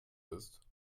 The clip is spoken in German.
ist